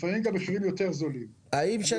לפעמים גם מחירים זולים יותר.